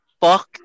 fuck